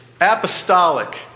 apostolic